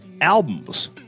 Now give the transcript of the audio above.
albums